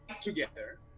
together